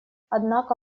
однако